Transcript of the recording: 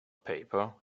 paper